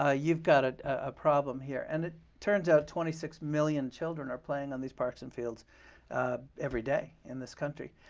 ah you've got a problem here. and it turns out twenty six million children are playing on these parks and fields every day in this country.